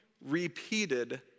repeated